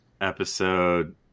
episode